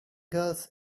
girls